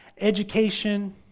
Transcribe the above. education